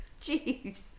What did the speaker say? Jeez